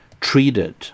treated